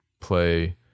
play